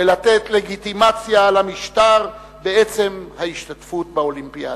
ולתת לגיטימציה למשטר בעצם ההשתתפות באולימפיאדה.